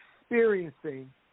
experiencing